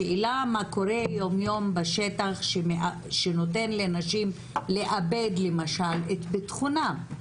השאלה מה קורה ביום יום בשטח שנותן לנשים לאבד למשל את ביטחונן.